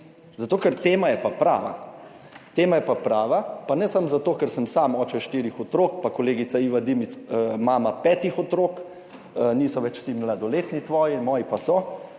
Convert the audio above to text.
prava. Tema je prava, pa ne samo zato, ker sem sam oče štirih otrok in kolegica Iva Dimic mama petih otrok, tvoji niso več vsi mladoletni, moji pa so,